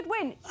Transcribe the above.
win